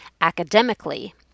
academically